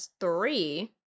three